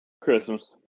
Christmas